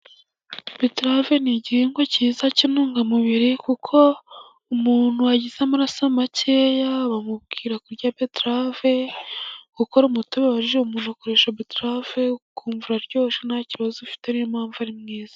Beterave ni igihingwa cyiza cy'intungamubiri, kuko umuntu wagize amaraso makeya bamubwira kurya beterave, gukora umutobe wa ji umuntu akoresha beterave ukumva uraryoshye nta kibazo ufite, ni yo mpamvu ari mwiza.